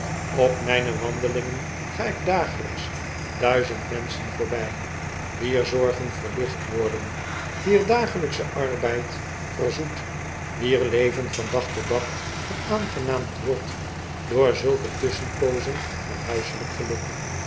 op mijne wandelingen ga ik dagelijks duizend menschen voorbij wier zorgen verlicht worden wier dagelijksche arbeid verzoet wier leven van dag tot dag veraangenaamd wordt door zulke tusschenpoozen van huiselijk geluk